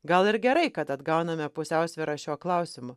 gal ir gerai kad atgauname pusiausvyrą šiuo klausimu